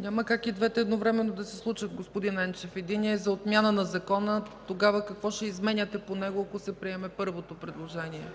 Няма как и двете едновременно да се случат, господин Енчев. Единият е за отмяна на закона. Тогава какво ще изменяте по него, ако се приеме първото предложение?